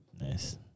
Nice